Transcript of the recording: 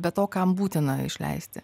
be to kam būtina išleisti